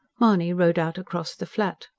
mahony rode out across the flat.